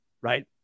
right